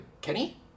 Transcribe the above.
Kenny